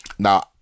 Now